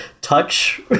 touch